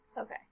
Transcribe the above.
Okay